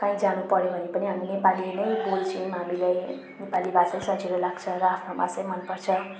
काहीँ जानु पर्यो भने पनि हामी नेपालीमै बोल्छौँ हामीलाई नेपाली भाषा सजिलो लाग्छ र आफ्नो भाषै मन पर्छ